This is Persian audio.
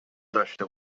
داشته